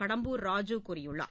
கடம்பூர் ராஜு கூறியுள்ளார்